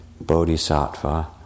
bodhisattva